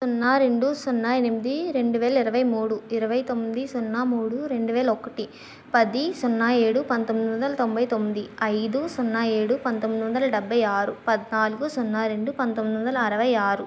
సున్నా రెండు సున్నా ఎనిమిది రెండువేల ఇరవై మూడు ఇరవైతొమ్మిది సున్నా మూడు రెండు వేల ఒకటి పది సున్నా ఏడు పంతొమ్మిది వందల తొంభై తొమ్మిది ఐదు సున్నా ఏడు పంతొమ్మిది వందల డెబ్భై ఆరు పద్నాలుగు సున్నా రెండు పంతొమ్మిది వందల అరవై ఆరు